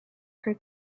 her